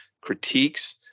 critiques